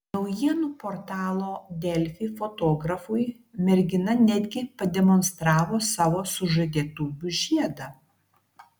naujienų portalo delfi fotografui mergina netgi pademonstravo savo sužadėtuvių žiedą